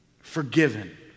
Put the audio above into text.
Forgiven